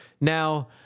Now